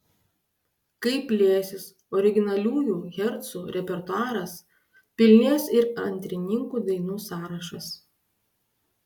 kai plėsis originaliųjų hercų repertuaras pilnės ir antrininkų dainų sąrašas